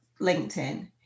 LinkedIn